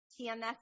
TMS